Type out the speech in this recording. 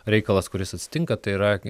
reikalas kuris atsitinka tai yra